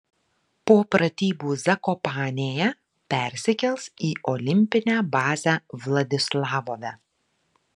po pratybų zakopanėje persikels į olimpinę bazę vladislavove